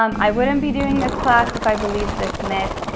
um i wouldn't be doing this class if i believe this myth.